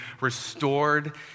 restored